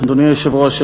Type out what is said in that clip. אדוני היושב-ראש,